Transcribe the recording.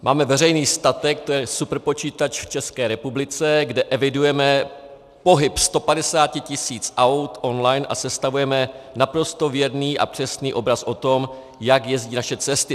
Máme veřejný statek, to je superpočítač v České republice, kde evidujeme pohyb 150 tisíc aut online a sestavujeme naprosto věrný a přesný obraz o tom, jak jezdí naše cesty.